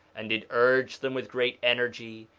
and did urge them with great energy,